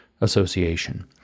association